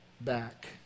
back